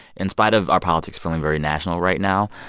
in spite of our politics feeling very national right now,